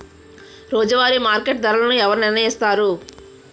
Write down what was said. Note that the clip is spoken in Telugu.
రోజువారి మార్కెట్ ధరలను ఎవరు నిర్ణయిస్తారు?